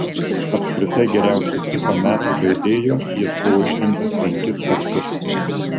apskritai geriausiu fifa metų žaidėju jis buvo išrinktas penkis kartus